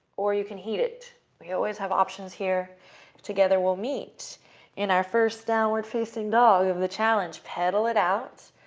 or you can heat it. we always have options here together. we'll meet in our first downward facing dog of the challenge. pedal it out.